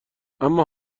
اما